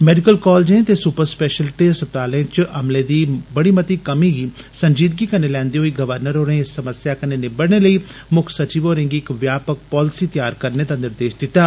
medical कालजें ते super speciality अस्पतालें च अमले दी मती कमी गी संजीदगी कन्नै लैंदे होई राज्यपाल होरें इस समस्या कन्नै निबड़ने लेई मुक्ख सचिव होरें गी इक व्यापक पॉलसीतैआर करने दा निर्देश दित्ता